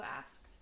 asked